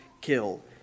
kill